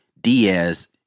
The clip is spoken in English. Diaz